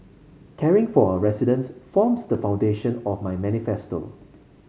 caring for our residents forms the foundation of my manifesto